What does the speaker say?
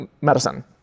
medicine